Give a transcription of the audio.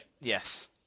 Yes